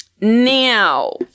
Now